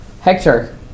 Hector